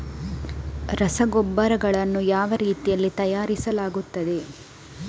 ರಸಗೊಬ್ಬರಗಳನ್ನು ಯಾವ ರೀತಿಯಲ್ಲಿ ತಯಾರಿಸಲಾಗುತ್ತದೆ?